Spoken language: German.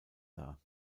dar